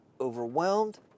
overwhelmed